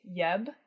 Yeb